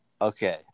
Okay